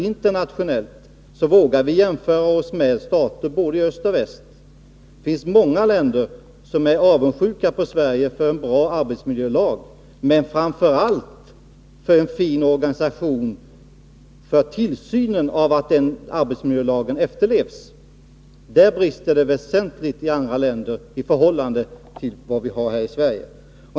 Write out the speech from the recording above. Internationellt sett vågar vi jämföra oss med stater både i öst och väst. Det finns många länder som är avundsjuka på Sverige för att vi har en bra arbetsmiljölag, men framför allt för att vi har en fin organisation för tillsyn av att lagen efterlevs. Där brister det väsentligt i andra länder i förhållande till hur vi har det här i Sverige.